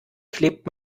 klebt